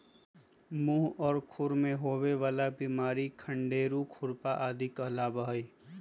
मुह और खुर में होवे वाला बिमारी खंडेरू, खुरपा आदि कहलावा हई